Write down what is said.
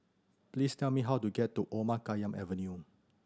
please tell me how to get to Omar Khayyam Avenue